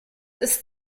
ist